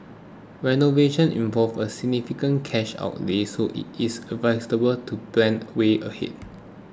renovation involves a significant cash outlay so it is advisable to plan way ahead